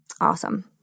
Awesome